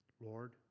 Lord